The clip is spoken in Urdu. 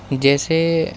جیسے